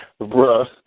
Bruh